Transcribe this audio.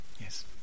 yes